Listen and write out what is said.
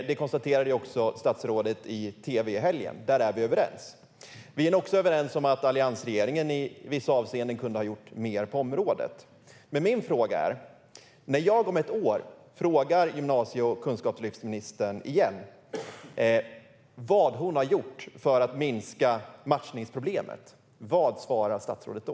Det konstaterade också statsrådet i tv i helgen. Där är vi överens. Vi är nog också överens om att alliansregeringen i vissa avseenden kunde ha gjort mer på området. Min fråga är: När jag om ett år igen frågar gymnasie och kunskapslyftsministern vad hon har gjort för att minska matchningsproblemet, vad svarar statsrådet då?